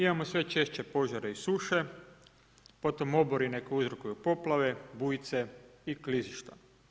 Imamo sve češće požare i suše, potom oborine koje uzrokuju poplave, bujice i klizišta.